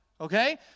Okay